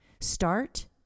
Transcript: Start